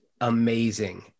amazing